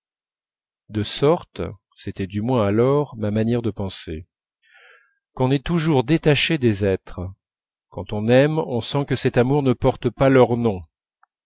de sorte c'était du moins alors ma manière de penser qu'on est toujours détaché des êtres quand on aime on sent que cet amour ne porte pas leur nom